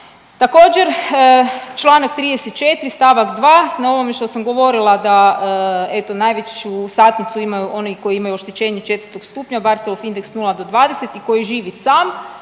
Također članak 34. stavak 2. na ovome što sam govorila da eto najveću satnicu imaju oni koji imaju oštećenje 4. stupnja Barthelov indeks 0 do 20 i koji živi sam,